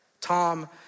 Tom